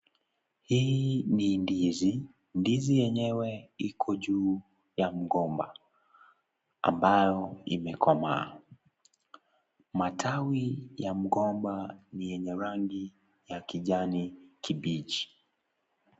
Hii ni ndizi. Ndizi yenyewe iko juu ya mgomba ambao imekomaa. Matawi ya mgomba ni yenye rangi ya kijani kibichi.